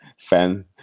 fan